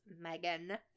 Megan